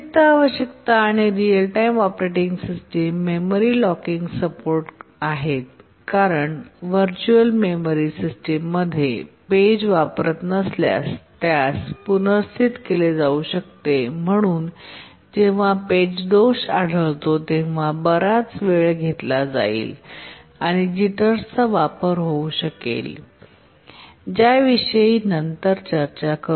अतिरिक्त आवश्यकता आणि real time operating system memory locking support आहेत कारण व्हरचूअल मेमरी सिस्टम मध्ये पेज वापरत नसल्यास त्यास पुनर्स्थित केले जाऊ शकते म्हणून जेव्हा पेज दोष आढळतो तेव्हा बराच वेळ घेतला जाईल आणि जिटर्सचा वापर होऊ शकेल ज्या विषयी नंतर चर्चा करु